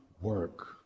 work